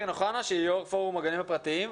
אוחנה, יושבת-ראש פורום הגנים הפרטיים.